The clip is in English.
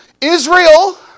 Israel